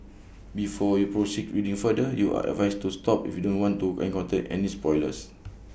before you proceed reading further you are advised to stop if you don't want to encounter any spoilers